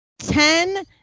Ten